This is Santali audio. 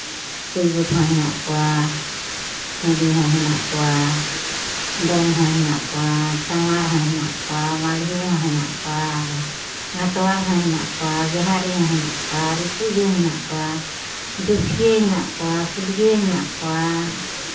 ᱦᱚᱸ ᱦᱮᱱᱟᱜ ᱠᱚᱣᱟ ᱦᱟᱹᱰᱤ ᱦᱚᱸ ᱦᱮᱱᱟᱜ ᱠᱚᱣᱟ ᱰᱚᱢ ᱦᱚᱸ ᱦᱮᱱᱟᱜ ᱠᱚᱣᱟ ᱪᱟᱶᱟᱨ ᱦᱚᱸ ᱦᱮᱱᱟᱜ ᱠᱚᱣᱟ ᱢᱟᱞᱦᱮ ᱦᱚᱸ ᱦᱮᱱᱟᱜ ᱠᱚᱣᱟ ᱜᱷᱟᱴᱣᱟᱞ ᱦᱚᱸ ᱦᱮᱱᱟᱜ ᱠᱚᱣᱟ ᱵᱤᱦᱟᱨᱤ ᱦᱚᱸ ᱦᱮᱱᱟᱜ ᱠᱚᱣᱟ ᱨᱤᱯᱷᱤᱭᱩᱡᱤ ᱦᱚᱸ ᱦᱮᱱᱟᱜ ᱠᱚᱣᱟ ᱡᱟᱹᱥᱭᱟᱹ ᱦᱮᱱᱟᱜ ᱠᱚᱣᱟ ᱯᱷᱩᱞᱭᱟᱹ ᱦᱮᱱᱟᱜ ᱠᱚᱣᱟ